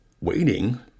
Waiting